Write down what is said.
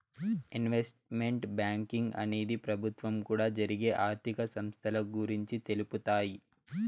investment banking అనేది ప్రభుత్వం కూడా జరిగే ఆర్థిక సంస్థల గురించి తెలుపుతాయి